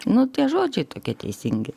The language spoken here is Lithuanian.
nu tie žodžiai tokie teisingi